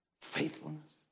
faithfulness